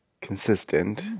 consistent